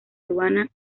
aduana